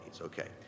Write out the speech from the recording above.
okay